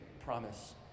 promise